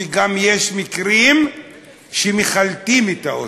וגם יש מקרים שמחלטים את האוטו.